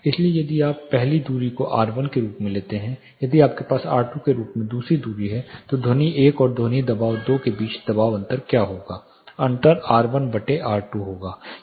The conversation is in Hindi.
इसलिए यदि आप पहली दूरी को r 1 के रूप में लेते हैं यदि आपके पास r 2 के रूप में दूसरी दूरी है तो ध्वनि 1 और ध्वनि दबाव 2 के बीच दबाव अंतर क्या होगा अंतर r1 बटे r2 होगा